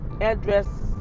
address